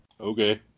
Okay